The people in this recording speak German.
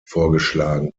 vorgeschlagen